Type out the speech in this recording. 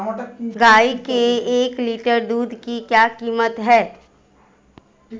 गाय के एक लीटर दूध की क्या कीमत है?